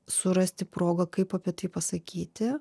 surasti progą kaip apie tai pasakyti